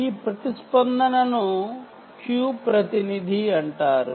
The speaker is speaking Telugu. ఈ ప్రతిస్పందన ను Q ప్రతినిధి అంటారు